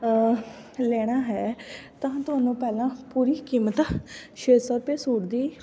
ਲੈਣਾ ਹੈ ਤਾਂ ਤੁਹਾਨੂੰ ਪਹਿਲਾਂ ਪੂਰੀ ਕੀਮਤ ਛੇ ਸੌ ਰੁਪਏ ਸੂਟ ਦੀ